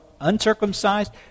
uncircumcised